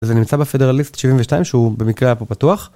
זה נמצא בפדרליסט 72 שהוא במקרה היה פה פתוח.